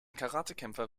karatekämpfer